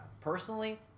Personally